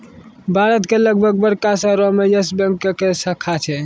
भारत के लगभग बड़का शहरो मे यस बैंक के शाखा छै